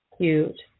Cute